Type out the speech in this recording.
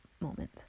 moment